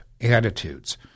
attitudes